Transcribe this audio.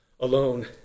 alone